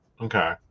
okay